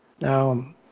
Now